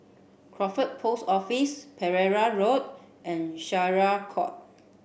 Crawford Post Office Pereira Road and Syariah Court